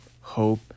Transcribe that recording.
hope